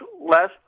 less